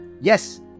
yes